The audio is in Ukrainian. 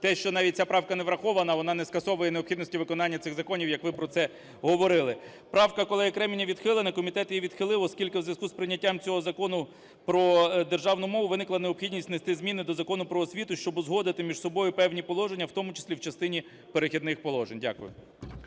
те, що навіть ця правка не врахована, вона не скасовує необхідності виконання цих законів, як ви про це говорили. Правка колеги Креміня відхилена, комітет її відхилив, оскільки у зв'язку з прийняттям цього Закону про державну мову виникла необхідність внести зміни до Закону "Про освіту", щоб узгодити між собою певні положення, в тому числі в частині "Перехідних положень". Дякую.